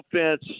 offense